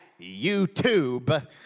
YouTube